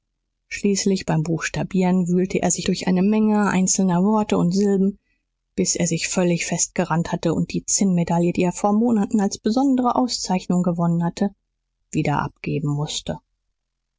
schließlich beim buchstabieren wühlte er sich durch eine menge einzelner worte und silben bis er sich völlig festgerannt hatte und die zinn medaille die er vor monaten als besondere auszeichnung gewonnen hatte wieder abgeben mußte